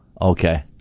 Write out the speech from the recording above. Okay